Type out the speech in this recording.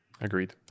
agreed